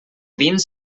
dins